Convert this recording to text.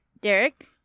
Derek